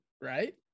Right